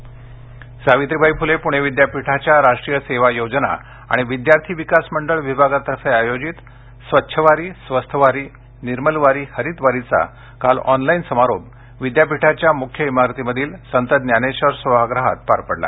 पुणे विद्यापीठ वारी समारोप सावित्रीबाई फ्ले प्णे विद्यापीठाच्या राष्ट्रीय सेवा योजना आणि विद्यार्थी विकास मंडळ विभागातर्फे आयोजित स्वच्छ वारी स्वस्थ वारी निर्मल वारी हरित वारीचा काल ऑनलाईन समारोप विद्यापीठाच्या मुख्य इमारतीमधील संत ज्ञानेश्वर सभागृहात पार पडला